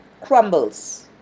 crumbles